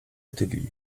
ateliers